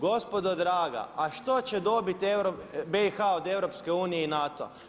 Gospodo draga a što će dobiti BIH od EU i NATO-a?